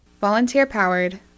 Volunteer-powered